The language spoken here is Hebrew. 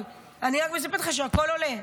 אבל אני רק מספרת לך שהכול עולה.